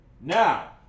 now